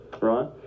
right